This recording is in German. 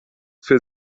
für